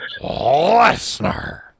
Lesnar